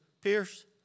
Pierce